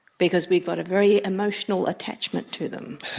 because we've got a very emotional attachment to them.